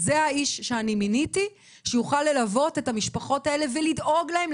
זה האיש שאני מיניתי שיוכל ללוות את המשפחות ולדאוג להם,